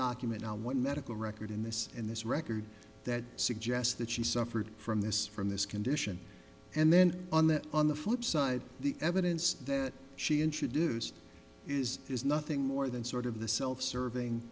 document on one medical record in this in this record that suggests that she suffered from this from this condition and then on that on the flip side the evidence that she introduced is is nothing more than sort of the self serving